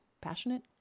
passionate